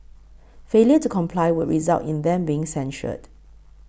failure to comply would result in them being censured